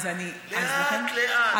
לאט-לאט, לאט-לאט.